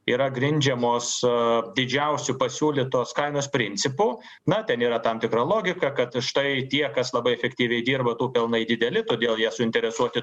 yra grindžiamos didžiausiu pasiūlytos kainos principu na ten yra tam tikra logika kad štai tie kas labai aktyviai dirba tų pelnai dideli todėl jie suinteresuoti